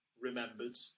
remembered